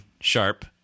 sharp